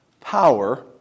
power